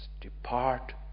depart